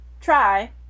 try